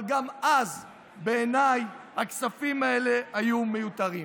אבל גם אז בעיניי הכספים האלה היו מיותרים.